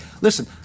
Listen